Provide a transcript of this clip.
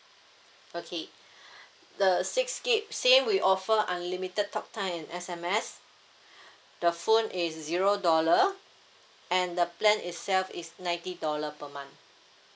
okay the six gig same we offer unlimited talk time and S_M_S the phone is zero dollar and the plan itself is ninety dollar per month